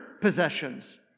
possessions